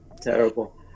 Terrible